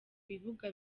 ibibuga